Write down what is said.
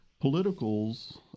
politicals